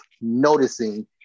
noticing